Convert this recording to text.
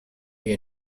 your